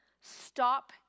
Stop